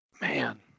Man